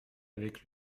avec